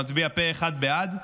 שמצביע פה אחד בעד,